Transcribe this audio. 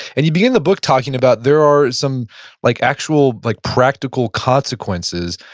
and you begin the book talking about there are some like actual like practical consequences,